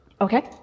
Okay